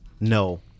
No